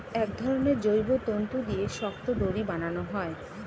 এক ধরনের জৈব তন্তু দিয়ে শক্ত দড়ি বানানো হয়